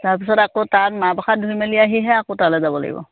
তাৰ পিছত আকৌ তাত মাহ প্ৰসাদ ধুই মেলি আহিহে আকৌ তালৈ যাব লাগিব